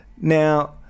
now